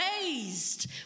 raised